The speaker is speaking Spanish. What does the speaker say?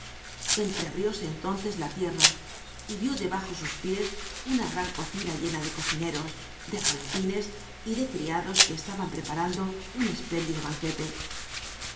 entreabrióse entónces la tierra y yió debajo sus piés una gran cocina llena de cocineros de galopines y de criados que colaban preparando un espléndido banquete